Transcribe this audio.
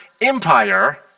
empire